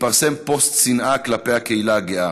מתפרסם פוסט שנאה כלפי הקהילה הגאה,